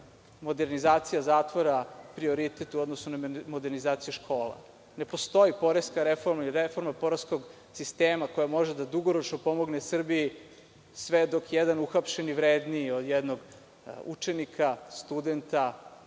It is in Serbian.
modernizacija zatvora prioritet u odnosu na modernizaciju škola. Ne postoji poreska reforma ili reforma poreskog sistema koja može da dugoročno pomogne Srbiji sve dok je jedan uhapšeni vredniji od jednog učenika, studenta,